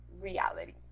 reality